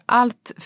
allt